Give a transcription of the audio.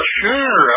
sure